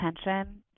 attention